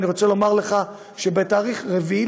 אני רוצה לומר לך שב-4 בספטמבר,